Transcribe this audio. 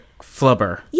flubber